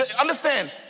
understand